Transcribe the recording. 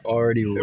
Already